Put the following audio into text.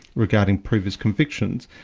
regarding previous convictions,